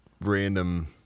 random